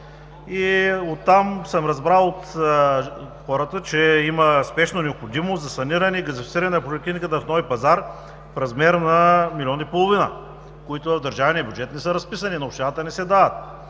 пазар и съм разбрал от хората, че има спешна необходимост за саниране, газифициране на поликлиниката в Нови пазар в размер на милион и половина, които в държавния бюджет не са разписани, на общината не се дават.